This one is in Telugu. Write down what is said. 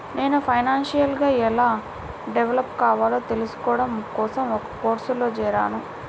నేను ఫైనాన్షియల్ గా ఎలా డెవలప్ కావాలో తెల్సుకోడం కోసం ఒక కోర్సులో జేరాను